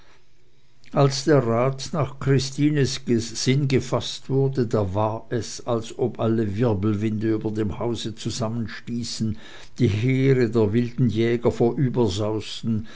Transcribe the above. als der rat nach christines sinn gefaßt wurde da war es als ob alle wirbelwinde über dem hause zusammenstießen die heere der wilden jäger